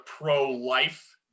pro-life